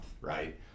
right